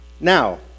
Now